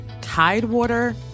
Tidewater